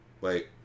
Wait